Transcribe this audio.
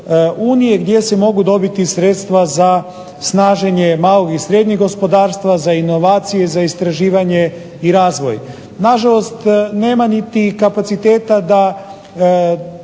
gdje se mogu dobiti sredstva za snaženje malog i srednjeg gospodarstva, za inovacije, za istraživanje i razvoj. Na žalost nema niti kapaciteta da